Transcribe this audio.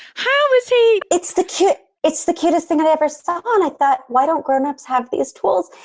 how is he? it's the cute, it's the cutest thing i've ever saw and i thought, why don't grownups have these tools?